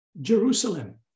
Jerusalem